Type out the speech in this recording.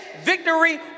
victory